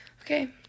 okay